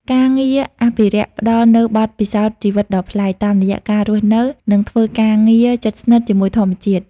ការងារអភិរក្សផ្តល់នូវបទពិសោធន៍ជីវិតដ៏ប្លែក តាមរយៈការរស់នៅ និងធ្វើការងារជិតស្និទ្ធជាមួយធម្មជាតិ។